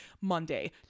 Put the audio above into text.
Monday